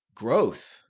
growth